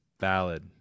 valid